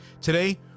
Today